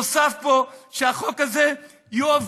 נוסף פה שהחוק הזה יועבר,